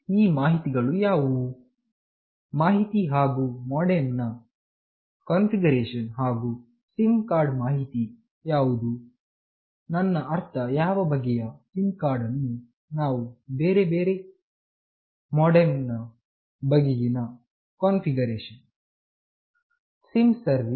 ಈ ಮಾಹಿತಿಗಳು ಯಾವುವು ಮಾಹಿತಿ ಹಾಗು ಮಾಡೆಮ್ ನ ಕಾನ್ಫಿಗರೇಶನ್ ಹಾಗು ಸಿಮ್ ಕಾರ್ಡ್ ಮಾಹಿತಿ ಯಾವುದುನನ್ನ ಅರ್ಥ ಯಾವ ಬಗೆಯ ಸಿಮ್ ಕಾರ್ಡ್ ಅನ್ನು ನಾವು ಬೇರೆ MODEM ನ ಬಗೆಗಿನ ಕಾನ್ಫಿಗರೇಷನ್ etc